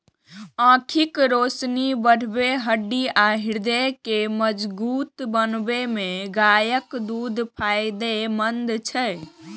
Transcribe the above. आंखिक रोशनी बढ़बै, हड्डी आ हृदय के मजगूत बनबै मे गायक दूध फायदेमंद छै